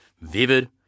Vivid